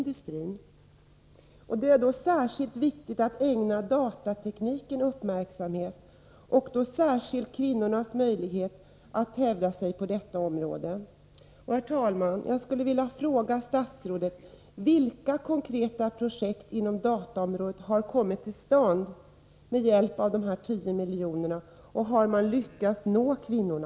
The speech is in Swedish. Det är då särskilt viktigt att ägna datatekniken uppmärksamhet och särskilt kvinnornas möjlighet att hävda sig på detta område. Herr talman! Jag skulle vilja fråga statsrådet: Vilka konkreta projekt inom dataområdet har kommit till stånd med hjälp av dessa 10 miljoner, och har man lyckats nå kvinnorna?